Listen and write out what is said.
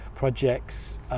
projects